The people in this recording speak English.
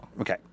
Okay